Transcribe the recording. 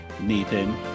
nathan